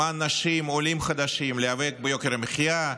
למען נשים, עולים חדשים, להיאבק ביוקר המחיה,